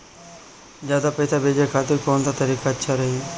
ज्यादा पईसा भेजे खातिर कौन सा तरीका अच्छा रही?